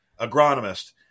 agronomist